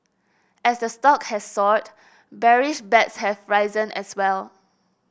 as the stock has soared bearish bets have risen as well